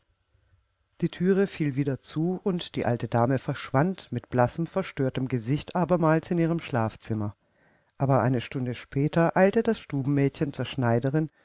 die thüre fiel wieder zu und die alte dame verschwand mit blassem verstörtem gesicht abermals in ihrem schlafzimmer aber eine stunde später eilte das stubenmädchen zur schneiderin